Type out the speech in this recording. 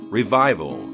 revival